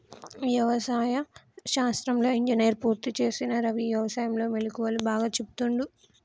వ్యవసాయ శాస్త్రంలో ఇంజనీర్ పూర్తి చేసిన రవి వ్యసాయం లో మెళుకువలు బాగా చెపుతుండు